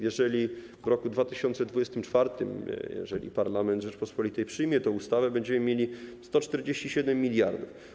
Jeżeli w roku 2024 parlament Rzeczypospolitej przyjmie tę ustawę, będziemy mieli 147 mld.